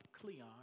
Cleon